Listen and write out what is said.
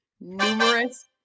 numerous